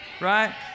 Right